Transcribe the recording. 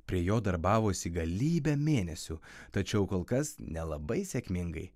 prie jo darbavosi galybę mėnesių tačiau kol kas nelabai sėkmingai